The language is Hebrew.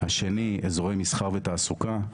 השני אזורי מסחר ותעסוקה,